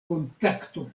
kontakto